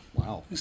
Wow